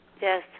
Yes